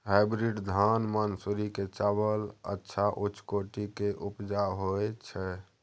Hybrid धान मानसुरी के चावल अच्छा उच्च कोटि के उपजा होय छै?